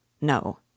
No